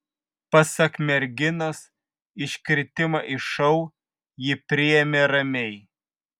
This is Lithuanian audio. pasak merginos iškritimą iš šou ji priėmė ramiai